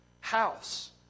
house